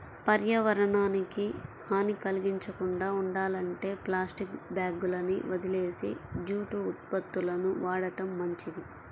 పర్యావరణానికి హాని కల్గించకుండా ఉండాలంటే ప్లాస్టిక్ బ్యాగులని వదిలేసి జూటు ఉత్పత్తులను వాడటం మంచిది